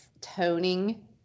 toning